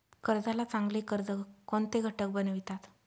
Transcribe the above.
कर्जाला चांगले कर्ज कोणते घटक बनवितात?